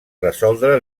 resoldre